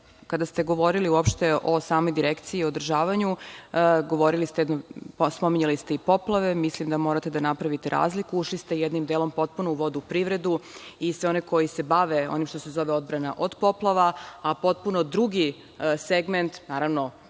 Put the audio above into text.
ste govorili uopšte o samo Direkciji, o održavanju, govorili ste, pominjali ste i poplave, mislim da morate da napravite razliku. Ušli ste jednim delom potpuno u vodnu privredu i sve one koji se bave onim što se zove odbrana od poplava, a potpuno drugi segment, naravno,